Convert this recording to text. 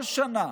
כל שנה,